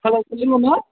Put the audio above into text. hello சொல்லுங்கம்மா